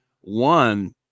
one